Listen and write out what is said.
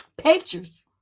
pictures